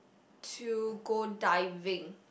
to go diving